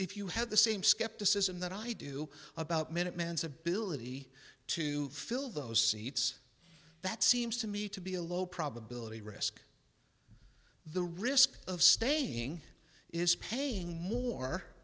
if you had the same skepticism that i do about minute man's ability to fill those seats that seems to me to be a low probability risk the risk of staying is paying more